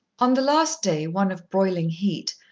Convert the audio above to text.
on the last day, one of broiling heat,